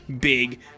big